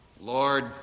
Lord